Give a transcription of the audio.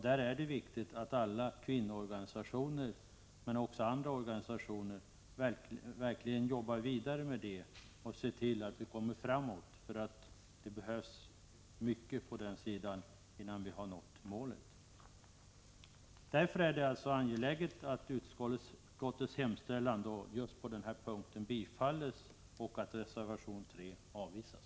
Det är viktigt att alla kvinnoorganisationer — men också andra organisationer — verkligen jobbar vidare med det och ser till att vi kommer framåt. Det behövs mycket innan vi har nått målet. Därför är det angeläget att utskottets hemställan på den punkten bifalls och att reservation 3 avslås.